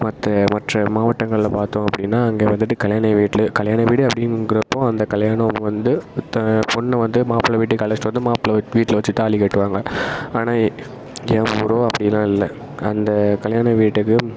மற்ற மற்ற மாவட்டங்கள்ல பார்த்தோம் அப்படின்னா அங்கே வந்து கல்யாண வீட்டிலே கல்யாண வீடே அப்படிங்கிறப்போ அந்த கல்யாணம் வந்து பொண்ணு வந்து மாப்பிள்ள வீட்டுக்கு அழைச்சிட்டு வந்து மாப்பிள்ள வீட்டில வச்சு தாலி கட்டுவாங்க ஆனால் என் ஊரோ அப்படிலாம் இல்லை அந்த கல்யாண வீட்டுக்கு